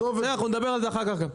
אנחנו נדבר על זה אחר כך גם.